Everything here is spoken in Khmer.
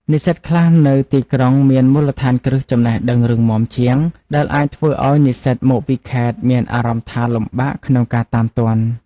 និស្សិតខ្លះនៅទីក្រុងមានមូលដ្ឋានគ្រឹះចំណេះដឹងរឹងមាំជាង ដែលអាចធ្វើឱ្យនិស្សិតមកពីខេត្តមានអារម្មណ៍ថាលំបាកក្នុងការតាមទាន់។